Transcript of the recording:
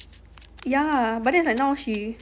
ya but now she